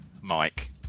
Mike